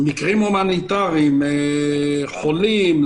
מקרים הומניטריים חולים,